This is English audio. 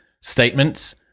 Statements